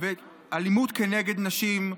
אלימות נגד נשים,